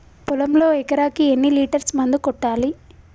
పొలంలో ఎకరాకి ఎన్ని లీటర్స్ మందు కొట్టాలి?